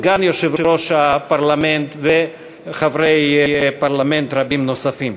סגן יושב-ראש הפרלמנט וחברי פרלמנט רבים נוספים.